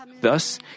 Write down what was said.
Thus